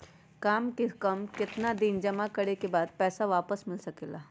काम से कम केतना दिन जमा करें बे बाद पैसा वापस मिल सकेला?